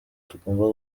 tugomba